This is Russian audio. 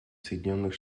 соединенных